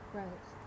right